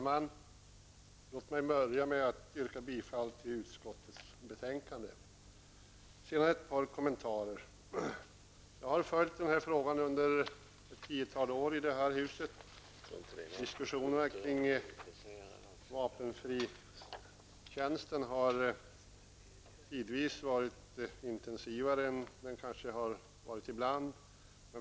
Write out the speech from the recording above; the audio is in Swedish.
Fru talman! Inledningsvis yrkar jag bifall till utskottets hemställa. Sedan ett par kommentarer. Jag har följt frågan under ett tiotal år här i riksdagen. Diskussionerna kring vapenfri tjänst har tidvis varit mycket intensiva.